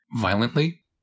violently